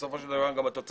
ובסופו של דבר גם התוצאות.